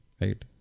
Right